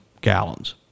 gallons